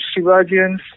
Shivajians